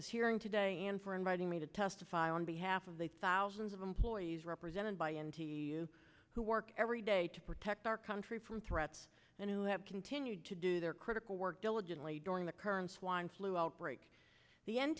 this hearing today and for inviting me to testify on behalf of the thousands of employees represented by empty who work every day to protect our country from threats and who have continued to do their critical work diligently during the current swine flu outbreak the n